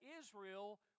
Israel